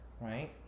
right